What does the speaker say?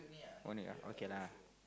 only ah okay lah